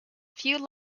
few